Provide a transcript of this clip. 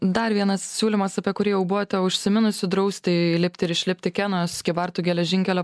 dar vienas siūlymas apie kurį jau buvote užsiminusi drausti įlipti ir išlipti kenos kybartų geležinkelio